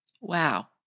Wow